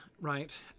right